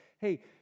hey